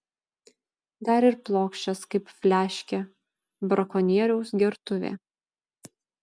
dar ir plokščias kaip fliaškė brakonieriaus gertuvė